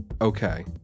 Okay